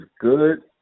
good